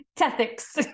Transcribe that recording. ethics